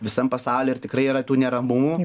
visam pasauly ir tikrai yra tų neramumų